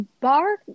bar